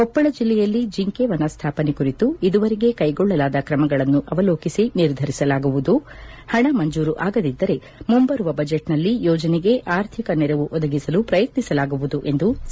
ಕೊಪ್ಪಳ ಜಿಲ್ಲೆಯಲ್ಲಿ ಜಿಂಕೆ ವನ ಸ್ಥಾಪನೆ ಕುರಿತು ಇದುವರೆಗೆ ಕೈಗೊಳ್ಳಲಾದ ಕ್ರಮಗಳನ್ನು ಅವಲೋಕಿಸಿ ನಿರ್ಧರಿಸಲಾಗುವುದು ಪಣ ಮಂಜೂರು ಆಗದಿದ್ದರೆ ಮುಂಬರುವ ಬಜೆಟ್ನಲ್ಲಿ ಯೋಜನೆಗೆ ಆರ್ಥಿಕ ನೆರವು ಒದಗಿಸಲು ಪ್ರಯತ್ನಿಸಲಾಗುವುದು ಎಂದು ಸಿ